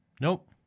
Nope